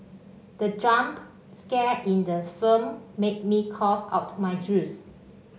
the jump scare in the firm made me cough out my juice